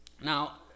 now